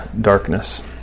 darkness